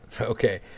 Okay